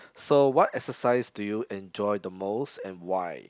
so what exercise do you enjoy the most and why